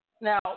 Now